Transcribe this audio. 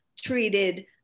treated